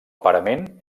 parament